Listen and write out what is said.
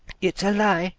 it's a lie!